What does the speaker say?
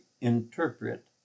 interpret